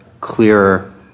clearer